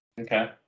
Okay